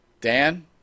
Dan